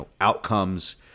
outcomes